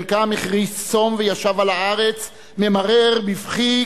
חלקם הכריז צום וישב על הארץ ממרר בבכי,